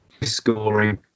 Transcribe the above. scoring